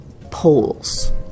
poles